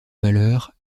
malheur